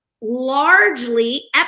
largely